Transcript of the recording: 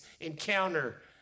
encounter